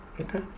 Okay